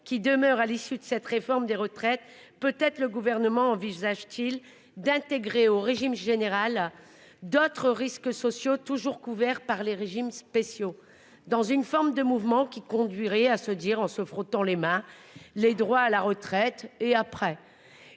qui demeurent à l'issue de cette réforme des retraites peut être le gouvernement envisage-t-il d'intégrer au régime général d'autres risques sociaux toujours couverts par les régimes spéciaux dans une forme de mouvement qui conduirait à se dire en se frottant les mains, les droits à la retraite et après